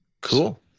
cool